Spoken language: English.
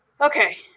okay